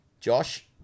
josh